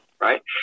right